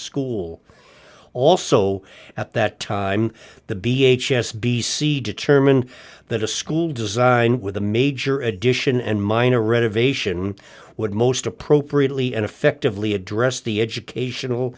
school also at that time the b h s b c determine that a school design with a major addition and minor renovation would most appropriately and effectively address the educational